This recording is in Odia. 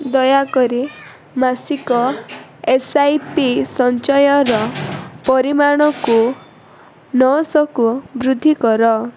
ଦୟାକରି ମାସିକ ଏସ୍ ଆଇ ପି ସଞ୍ଚୟର ପରିମାଣକୁ ନଅଶହକୁ ବୃଦ୍ଧି କର